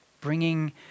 bringing